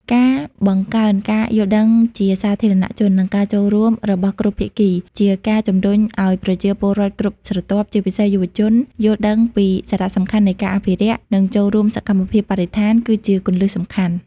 ការបង្កើនការយល់ដឹងជាសាធារណជន និងការចូលរួមរបស់គ្រប់ភាគី ជាការជំរុញឱ្យប្រជាពលរដ្ឋគ្រប់ស្រទាប់ ជាពិសេសយុវជន យល់ដឹងពីសារៈសំខាន់នៃការអភិរក្ស និងចូលរួមសកម្មភាពបរិស្ថាន គឺជាគន្លឹះសំខាន់។